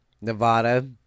Nevada